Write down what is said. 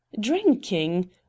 Drinking